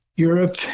Europe